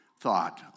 thought